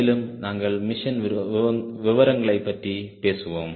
மேலும் நாங்கள் மிஷன் விவரங்களைப் பற்றி பேசுவோம்